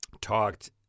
talked